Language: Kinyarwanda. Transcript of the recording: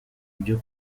byo